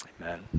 amen